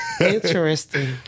Interesting